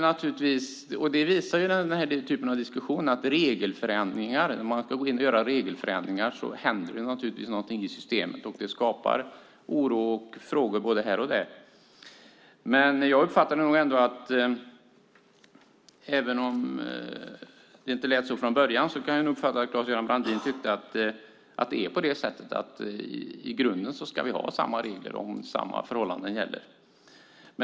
När man ska gå in och göra regelförändringar händer det något i systemet, och det skapar oro och frågor både här och där. Det visar dagens diskussion. Jag uppfattade dock att Claes-Göran Brandin tycker att vi i grunden ska ha samma regler om samma förhållanden gäller.